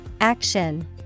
Action